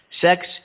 sex